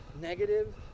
negative